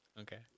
Okay